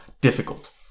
difficult